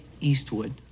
Eastwood